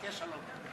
ההיקש הלוגי.